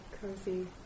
cozy